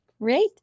Great